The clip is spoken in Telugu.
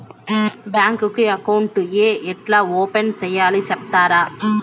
బ్యాంకు అకౌంట్ ఏ ఎట్లా ఓపెన్ సేయాలి సెప్తారా?